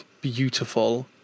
beautiful